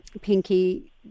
Pinky